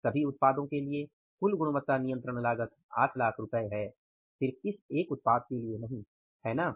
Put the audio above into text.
सभी उत्पादों के लिए कुल गुणवत्ता नियंत्रण लागत 800000 रु है सिर्फ इस उत्पाद के लिए नहीं ठीक है